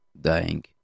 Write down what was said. dying